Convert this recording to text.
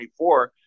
24